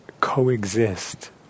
coexist